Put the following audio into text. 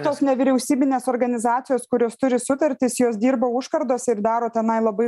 tos nevyriausybinės organizacijos kurios turi sutartis jos dirba užkardos ir daro tenai labai